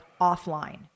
offline